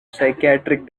psychiatric